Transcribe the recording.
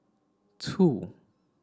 two